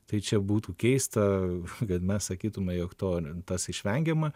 tai čia būtų keista kad mes sakytume jog to tas išvengiama